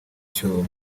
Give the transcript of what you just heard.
cyobo